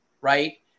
right